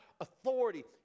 authority